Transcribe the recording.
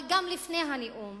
אבל גם לפני הנאום